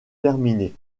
terminé